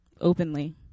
Openly